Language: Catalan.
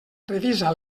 revisa